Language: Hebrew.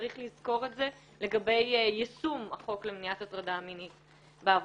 צריך לזכור את זה לגבי יישום החוק למניעת הטרדה מינית בעבודה.